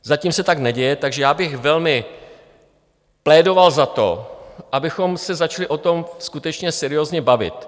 Zatím se tak neděje, takže já bych velmi plédoval za to, abychom se začali o tom skutečně seriózně bavit.